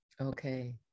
Okay